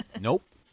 Nope